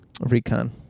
recon